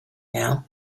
now